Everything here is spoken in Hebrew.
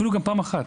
אפילו גם פעם אחת.